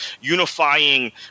unifying